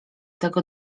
tego